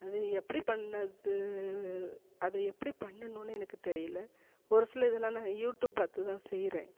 அது எப்படி பண்ணது அதை எப்படி பண்ணணும்னு எனக்கு தெரியல ஒரு சில இதெலாம் நான் யூடியூப் பார்த்துதான் செய்கிறேன்